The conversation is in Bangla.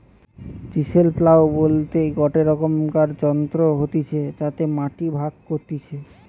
চিসেল প্লাও বলতে গটে রকমকার যন্ত্র হতিছে যাতে মাটি ভাগ করতিছে